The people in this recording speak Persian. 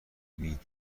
مید